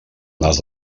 nas